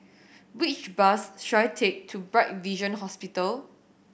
which bus should I take to Bright Vision Hospital